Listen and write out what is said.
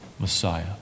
Messiah